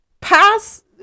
pass